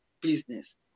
business